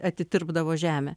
atitirpdavo žemė